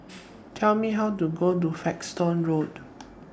Please Tell Me How to get to Folkestone Road